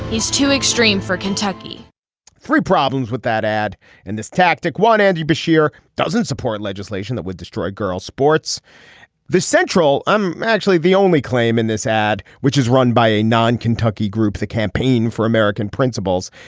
he's too extreme for kentucky three problems with that ad and this tactic one andy bashir doesn't support legislation that would destroy girls sports the central. i'm actually the only claim in this ad which is run by a non kentucky group the campaign for american principles.